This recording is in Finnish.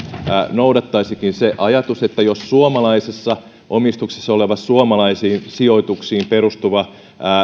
noudattaisikin se ajatus että jos suomalaisessa omistuksessa oleva suomalaisiin sijoituksiin perustuva